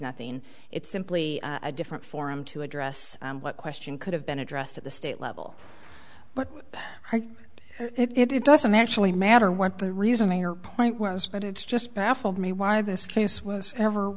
nothing it's simply a different forum to address what question could have been addressed at the state level but it doesn't actually matter what the reason may or point was but it's just baffled me why this case was ever